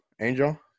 Angel